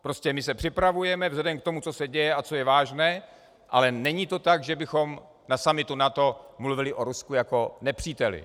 Prostě my se připravujeme vzhledem k tomu, co se děje a co je vážné, ale není to tak, že bychom na summitu NATO mluvili o Rusku jako o nepříteli.